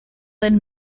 del